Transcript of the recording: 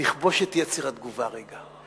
לכבוש את יצר התגובה הרגע.